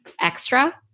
extra